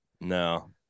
no